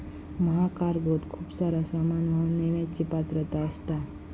महाकार्गोत खूप सारा सामान वाहून नेण्याची पात्रता असता